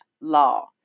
law